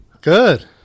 Good